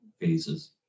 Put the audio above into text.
phases